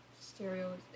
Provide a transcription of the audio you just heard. stereo